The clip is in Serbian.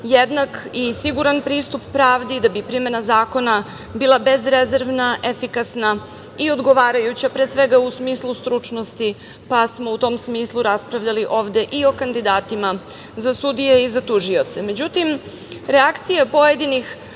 jednak i siguran pristup pravdi i da bi primena zakona bila bezrezervna, efikasna i odgovarajuća, pre svega u smislu stručnosti, pa smo u tom smislu raspravljali ovde i o kandidatima za sudije i za tužioce.Međutim,